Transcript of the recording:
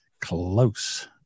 Close